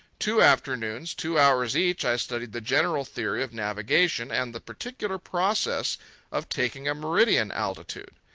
two afternoons, two hours each, i studied the general theory of navigation and the particular process of taking a meridian altitude.